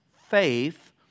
faith